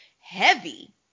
heavy